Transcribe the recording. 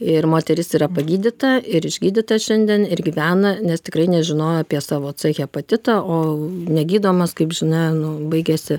ir moteris yra pagydyta ir išgydyta šiandien ir gyvena nes tikrai nežinojo apie savo c hepatitą o negydomas kaip žinia baigiasi